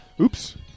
oops